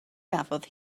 gafodd